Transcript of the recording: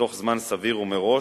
בתוך זמן סביר ומראש,